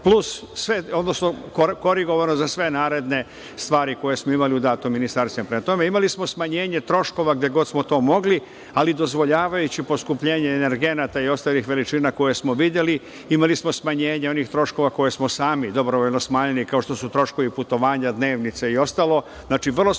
plus, odnosno korigovano za sve naredne stvari koje smo imali u datim ministarstvima. Prema tome, imali smo smanjenje troškova gde god smo to mogli, ali dozvoljavajući poskupljenje energenata i ostalih veličina koje smo videli. Imali smo smanjenje onih troškova koje smo sami dobrovoljno smanjili kao što su troškovi putovanja, dnevnica i ostalo.